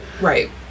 Right